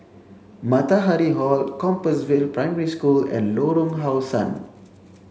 Matahari Hall Compassvale Primary School and Lorong How Sun